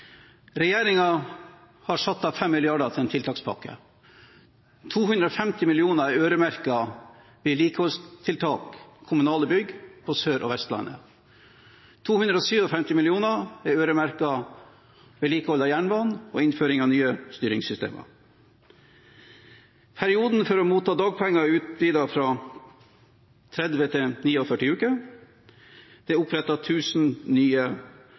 har satt av 5 mrd. kr til en tiltakspakke. 250 mill. kr er øremerket vedlikeholdstiltak ved kommunale bygg på Sør- og Vestlandet. 257 mill. kr er øremerket vedlikehold av jernbanen og innføring av nye styringssystemer. Perioden for å motta dagpenger er utvidet fra 30 til 49 uker. Det er opprettet 1 000 nye